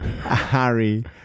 harry